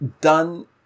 done